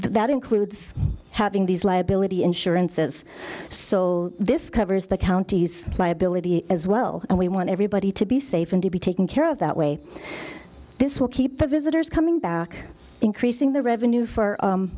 that includes having these liability insurance says so this covers the county's liability as well and we want everybody to be safe and to be taken care of that way this will keep the visitors coming back increasing the revenue for